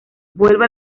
vuelve